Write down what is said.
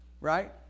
right